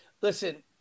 Listen